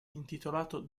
intitolato